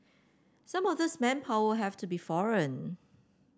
some of this manpower will have to be foreign